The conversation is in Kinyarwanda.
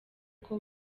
uko